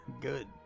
good